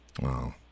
Wow